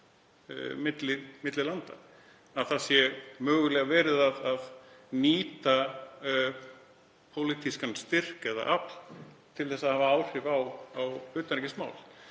milli landa, að mögulega sé verið að nýta pólitískan styrk eða afl til að hafa áhrif á utanríkismál.